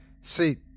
See